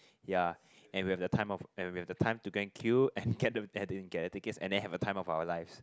ya and we have the time of and we have the time to go and queue and get the get the tickets and then have the time of our lives